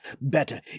better